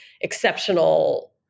exceptional